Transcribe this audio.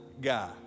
guy